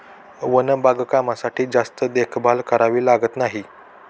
one बागकामासाठी जास्त देखभाल करावी लागत नाही